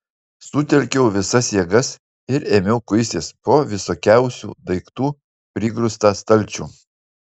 sutelkiau visas jėgas ir ėmiau kuistis po visokiausių daiktų prigrūstą stalčių